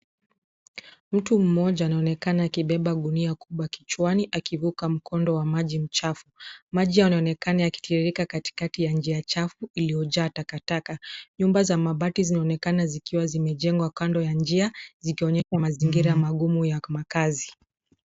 Mtu Mmoja anaonekana akiibeba gunia kubwa kichwani , akivuka mkondo wa maji machafu .Maji yanaonekana yakitiririka katikati ya njia chafu iliyojaa takataka. Nyumba za mabati zinaonekana zikiwa zimejengwa kando ya njia , zikionyesha mazingira magumu ya makazi.